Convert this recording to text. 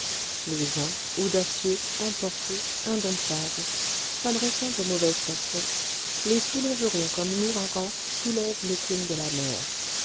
les uns audacieux emportés indomptables s'adressant aux mauvaises passions les soulèveront comme l'ouragan soulève l'écume de la mer